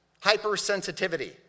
Hypersensitivity